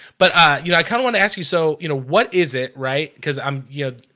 but ah, you know, i kind of want to ask you so you know, what is it right because i'm you know,